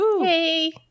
Hey